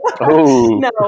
No